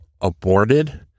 aborted